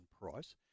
Price